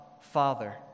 Father